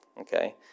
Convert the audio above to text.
okay